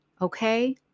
okay